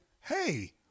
hey